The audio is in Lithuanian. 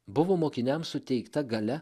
buvo mokiniams suteikta galia